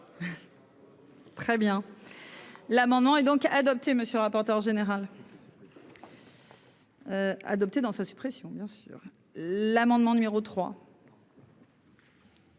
Très bien. L'amendement et donc adopté, monsieur le rapporteur général. De ce côté. Adopté dans sa suppression, bien sûr, l'amendement numéro 3.